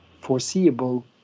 foreseeable